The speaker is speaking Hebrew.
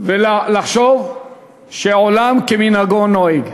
ולחשוב שעולם כמנהגו נוהג.